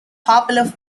popular